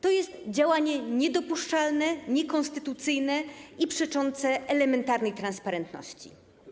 To jest działanie niedopuszczalne, niekonstytucyjne i przeczące elementarnej transparentności.